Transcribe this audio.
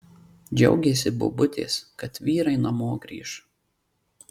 džiaugėsi bobutės kad vyrai namo grįš